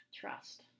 Trust